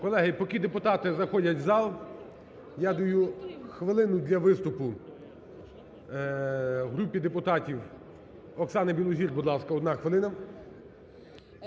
Колеги, поки депутати заходять в зал, я даю хвилину для виступу групі депутатів. Оксана Білозір, будь ласка, одна хвилина.